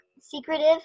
secretive